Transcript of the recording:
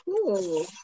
cool